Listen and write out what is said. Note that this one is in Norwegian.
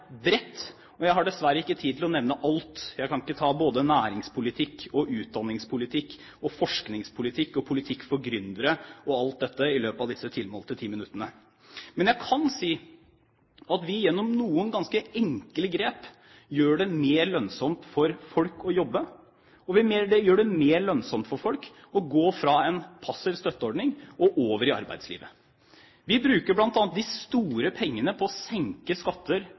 bredt, og jeg har dessverre ikke tid til å nevne alt. Jeg kan ikke ta både næringspolitikk, utdanningspolitikk, forskningspolitikk og politikk for gründere og alt dette i løpet av disse tilmålte 10 minuttene. Men jeg kan si at vi gjennom noen ganske enkle grep gjør det mer lønnsomt for folk å jobbe, og gjør det mer lønnsomt for folk å gå fra en passiv støtteordning og over i arbeidslivet. Vi bruker bl.a. de store pengene på å senke